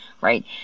right